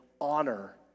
honor